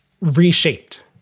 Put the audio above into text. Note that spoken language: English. reshaped